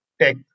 tech